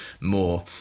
more